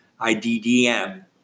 IDDM